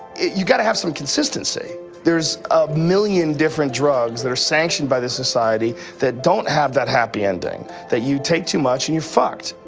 you've gotta have some consistency there's a million different drugs that are sanctioned by the society that don't have that happy ending that you take too much and you're fucked.